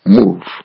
move